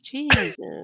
Jesus